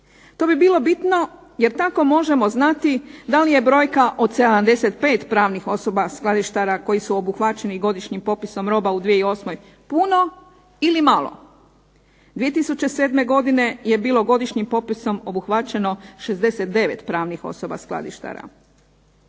To bi bilo bitno jer tako možemo znati da li je brojka od 75 pravnih osoba skladištara koji su obuhvaćeni godišnjim popisom roba u 2008. puno ili malo. 2007. godine je bilo godišnjim popisom obuhvaćeno 69 pravnih osoba skladištara.